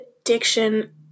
addiction